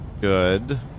Good